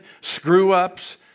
screw-ups